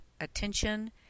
attention